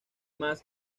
más